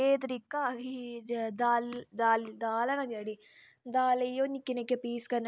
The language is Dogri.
ते कुक्कर होर बी बड़ी मतलब चीजां अस लाई सकने